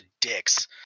dicks